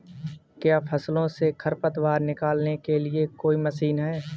क्या फसलों से खरपतवार निकालने की कोई मशीन है?